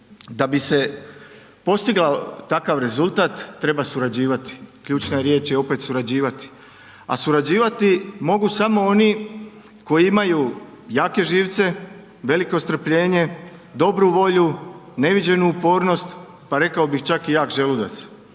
Da bi se postigao takav rezultat, treba surađivati. Ključna riječ je opet surađivati, a surađivati mogu samo oni koji imaju jake živce, veliko strpljenje, dobru volju, neviđenu upornost, pa rekao bih čak i jak želudac.